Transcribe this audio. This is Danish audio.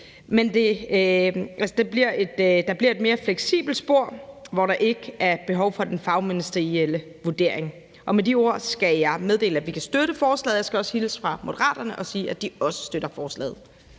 på. Der bliver et mere fleksibelt spor, hvor der ikke er behov for den fagministerielle vurdering. Med de ord skal jeg meddele, at vi kan støtte forslaget. Jeg skal også hilse fra Moderaterne og sige, at de også støtter forslaget.